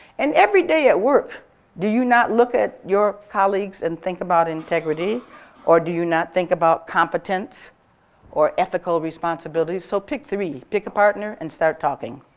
and every day at work do you not look at your colleagues and think about integrity or do you not think about competence or ethical responsibilities? so pick three, pick a partner, and start talking.